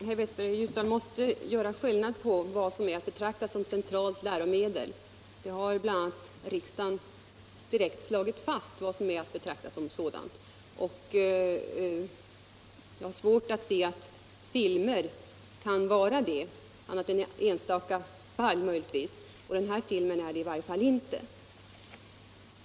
Herr talman! Herr Westberg i Ljusdal måste göra skillnad på vad som är att betrakta som centrala läromedel och inte — det har riksdagen direkt slagit fast. Jag har svårt att se att filmer kan vara centrala läromedel annat än i enstaka fall, och den här filmen är det inte.